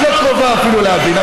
את לא קרובה אפילו להבין.